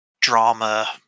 drama